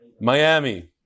Miami